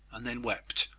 and then wept,